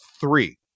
three